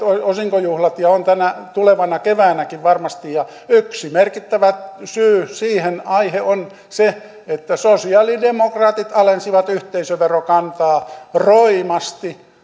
osinkojuhlat ja on tulevana keväänäkin varmasti ja yksi merkittävä syy siihen on se että sosialidemokraatit alensivat yhteisöverokantaa roimasti